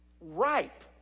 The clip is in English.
Ripe